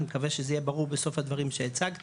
אני מקווה שזה יהיה ברור בסוף הדברים שהצגתי,